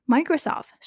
Microsoft